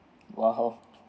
!wow!